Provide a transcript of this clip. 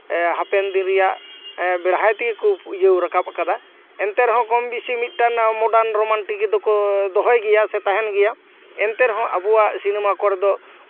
ᱦᱟᱯᱮᱱ ᱫᱤᱱ ᱨᱮᱭᱟᱜ ᱵᱮᱲᱦᱟᱭ ᱛᱮᱜᱮ ᱠᱚ ᱤᱭᱟᱹ ᱨᱟᱠᱟᱵ ᱠᱟᱫᱟ ᱮᱱᱛᱮ ᱨᱮᱦᱚᱸ ᱠᱚᱢᱵᱮᱥᱤ ᱢᱤᱫᱴᱟᱝ ᱢᱚᱰᱟᱨᱱ ᱨᱳᱢᱟᱱᱴᱤᱠ ᱫᱚᱠᱚ ᱫᱚᱦᱚᱭ ᱜᱮᱭᱟ ᱥᱮ ᱛᱟᱦᱮᱱ ᱜᱮᱭᱟ ᱮᱱᱛᱮ ᱨᱮᱦᱚᱸ ᱟᱵᱚᱣᱟᱜ ᱥᱤᱱᱮᱢᱟ ᱠᱚᱨᱮ ᱫᱚ